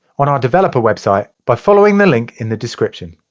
on our developer website by following the link in the description.